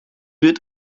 wird